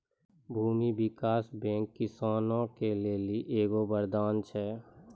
भूमी विकास बैंक किसानो के लेली एगो वरदान छै